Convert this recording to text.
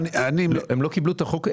הם לא קיבלו את החוק.